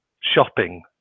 shopping